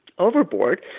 Overboard